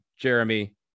Jeremy